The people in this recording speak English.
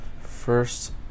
First